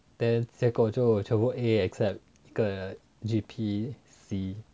then 结果就全部 A except 一个 G_P C